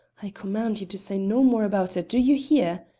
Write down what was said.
i command you to say no more about it, do you hear?